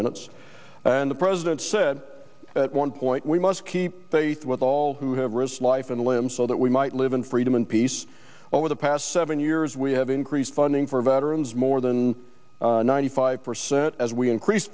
minutes and the president said at one point we must keep faith with all who have risked life and limb so that we might live in freedom and peace over the past seven years we have increased funding for veterans more than ninety five percent as we increase